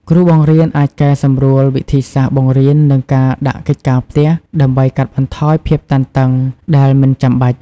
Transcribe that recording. គ្រូបង្រៀនអាចកែសម្រួលវិធីសាស្ត្របង្រៀននិងការដាក់កិច្ចការផ្ទះដើម្បីកាត់បន្ថយភាពតានតឹងដែលមិនចាំបាច់។